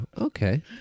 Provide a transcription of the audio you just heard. Okay